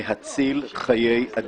בבקשה, איל.